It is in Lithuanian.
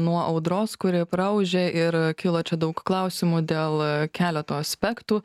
nuo audros kuri praūžė ir kilo čia daug klausimų dėl keleto aspektų